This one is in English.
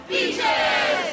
Beaches